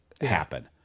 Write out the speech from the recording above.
happen